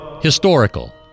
Historical